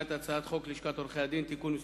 את הצעת חוק לשכת עורכי-הדין (תיקון מס'